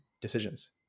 decisions